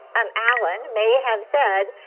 and allen, may have said,